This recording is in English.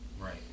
right